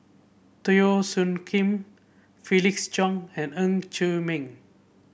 Teo Soon Kim Felix Cheong and Ng Chee Meng